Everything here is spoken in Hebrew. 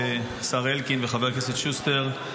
השר אלקין וחבר הכנסת שוסטר,